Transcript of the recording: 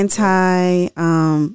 anti